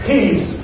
Peace